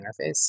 Interface